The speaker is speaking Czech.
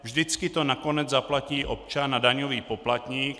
Vždycky to nakonec zaplatí občan a daňový poplatník.